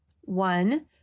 One